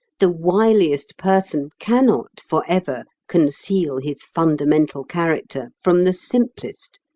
the wiliest person cannot for ever conceal his fundamental character from the simplest.